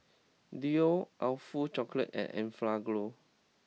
Leo Awfully Chocolate and Enfagrow